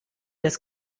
des